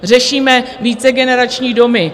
Řešíme vícegenerační domy.